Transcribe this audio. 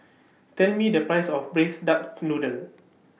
Tell Me The Price of Braised Duck Noodle